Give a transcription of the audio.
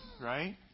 right